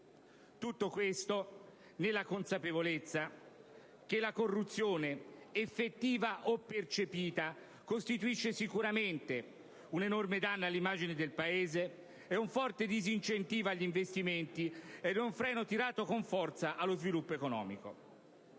Tutto questo, nella consapevolezza che la corruzione effettiva o percepita costituisce sicuramente un enorme danno all'immagine del Paese, un forte disincentivo agli investimenti e un freno tirato con forza allo sviluppo economico.